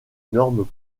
normes